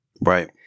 Right